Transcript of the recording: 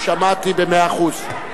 שמעתי במאה אחוז.